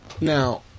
Now